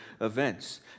events